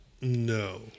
No